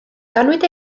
ganwyd